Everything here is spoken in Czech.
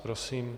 Prosím.